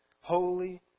holy